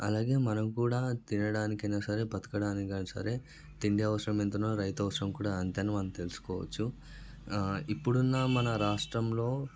అలాగే మనం కూడా తినడానికి అయినా సరే బ్రతకడానికి అయినా సరే తిండి అవసరం ఎంతనో రైతు అవసరం కూడా అంతే అని మనం తెలుసుకోవచ్చు ఇప్పుడున్న మన రాష్ట్రంలో